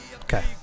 Okay